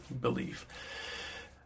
belief